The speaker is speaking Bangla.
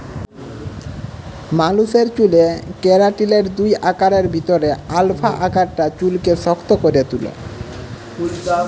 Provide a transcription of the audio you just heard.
মালুসের চ্যুলে কেরাটিলের দুই আকারের ভিতরে আলফা আকারটা চুইলকে শক্ত ক্যরে তুলে